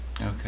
Okay